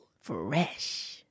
Fresh